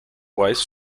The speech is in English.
wise